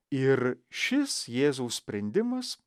ir šis jėzaus sprendimas